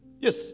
Yes